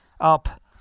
up